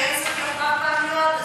כי אין שקיות רב-פעמיות,